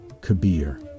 Kabir